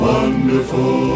Wonderful